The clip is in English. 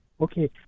Okay